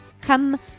come